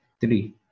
three